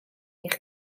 eich